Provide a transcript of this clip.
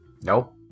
Nope